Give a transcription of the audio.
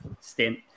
stint